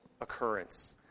occurrence